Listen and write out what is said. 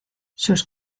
sus